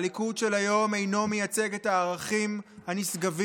הליכוד של היום אינו מייצג את הערכים הנשגבים